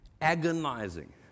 agonizing